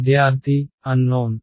విద్యార్థిఅన్నోన్